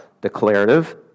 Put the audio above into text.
Declarative